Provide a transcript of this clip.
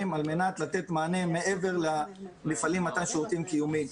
על מנת לתת מענה מעבר למפעלים למתן שירותים קיומיים.